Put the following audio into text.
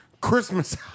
Christmas